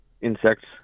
insects